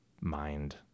mind